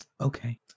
Okay